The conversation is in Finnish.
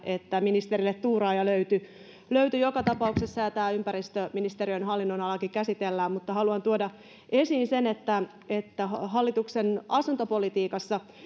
että ministerille tuuraaja löytyi löytyi joka tapauksessa ja tämä ympäristöministeriön hallinnonalakin käsitellään haluan tuoda esiin sen että että hallituksen asuntopolitiikassa